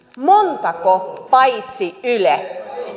montako paitsi yle